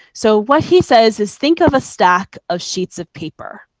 so what he says is think of a stack of sheets of paper.